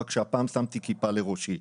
רק שהפעם שמתי כיפה לראשי.